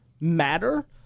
matter